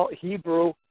Hebrew